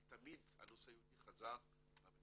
אבל תמיד הנושא היהודי חזר למרכז.